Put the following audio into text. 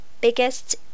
Biggest